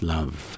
Love